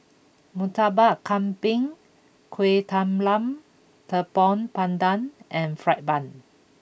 Murtabak Kambing Kuih Talam Tepong Pandan and Fried Bun